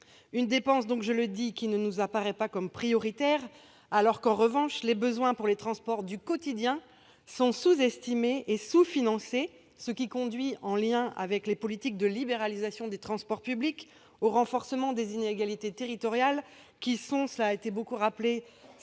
Cette dépense, je le répète, ne nous semble pas prioritaire, alors que les besoins pour les transports du quotidien sont sous-estimés et sous-financés, ce qui conduit, en lien avec les politiques de libéralisation des transports publics, au renforcement des inégalités territoriales, qui sont au coeur